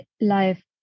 life